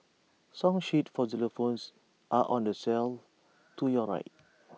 song sheets for xylophones are on the shelf to your right